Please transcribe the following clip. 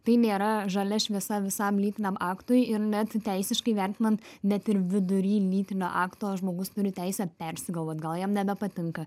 tai nėra žalia šviesa visam lytiniam aktui ir net teisiškai vertinant net ir vidury lytinio akto žmogus turi teisę persigalvot gal jam nebepatinka